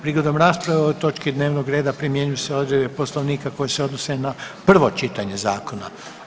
Prigodom rasprave o ovoj točki dnevnog reda primjenjuju se odredbe Poslovnika koje se odnose na prvo čitanje zakona.